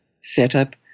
setup